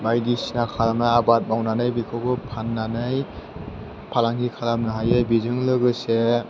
बायदिसिना खालामनाय आबाद मावनानै बेखौबो फाननानै फालांगि खालामनो हायो बेजों लोगोसे